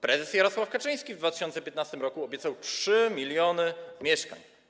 Prezes Jarosław Kaczyński w 2015 r. obiecał 3 mln mieszkań.